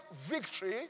victory